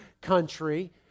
country